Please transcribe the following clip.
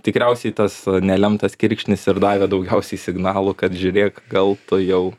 tikriausiai tas nelemtas kirkšnis ir davė daugiausiai signalų kad žiūrėk gal tu jau